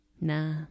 Nah